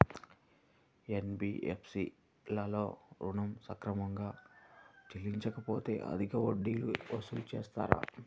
NBFC లలో ఋణం సక్రమంగా చెల్లించలేకపోతె అధిక వడ్డీలు వసూలు చేస్తారా?